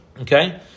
Okay